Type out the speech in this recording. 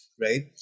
right